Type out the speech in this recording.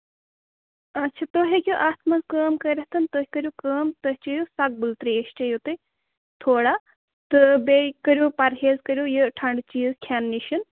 اَچھا تُہۍ ہٮ۪کِو اَتھ منٛز کٲم کٔرِتھ تُہۍ کٔرِو کٲم تُہۍ چٮ۪یِو سۄکھبُل ترٛیش چٮ۪یو تُہۍ تھوڑا تہٕ بیٚیہِ کٔرِو پَرہیز کٔرِو یہِ ٹھنٛڈٕ چیٖز کھٮ۪نہٕ نِش